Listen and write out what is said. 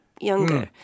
younger